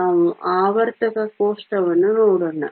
ನಾವು ಆವರ್ತಕ ಕೋಷ್ಟಕವನ್ನು ನೋಡೋಣ